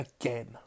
Again